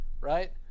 right